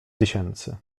tysięcy